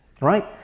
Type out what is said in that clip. right